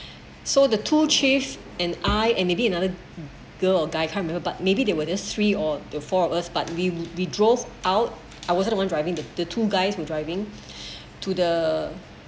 so the two chief and I and maybe another girl or guy kind of but maybe they were there three or the four us but we we drove out I wasn't the one driving the the two guys driving to the